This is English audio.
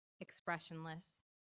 expressionless